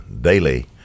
daily